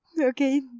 Okay